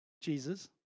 Jesus